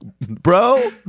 bro